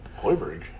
Hoiberg